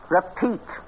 Repeat